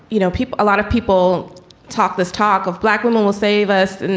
you know, people a lot of people talk this talk of black women will save us. and